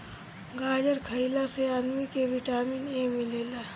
गाजर खइला से आदमी के विटामिन ए मिलेला